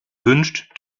wünscht